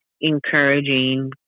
encouraging